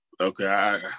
Okay